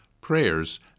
prayers